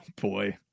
boy